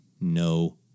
no